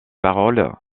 paroles